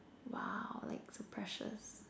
!wow! like so precious